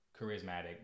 charismatic